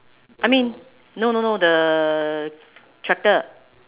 I mean no no no the tractor